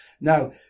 Now